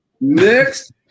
Next